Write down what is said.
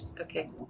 okay